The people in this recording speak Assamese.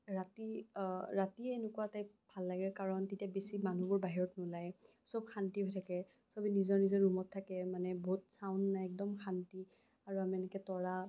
ৰাতি ৰাতি এনেকুৱা টাইপ ভাল লাগে কাৰণ তেতিয়া বেছি মানুহবোৰ বাহিৰত নোলায় চব শান্তি হৈ থাকে চবে নিজৰ নিজৰ ৰূমত থাকে মানে বহুত ছাউণ্ড নাই একদম শান্তি আৰু আমি এনেকে তৰা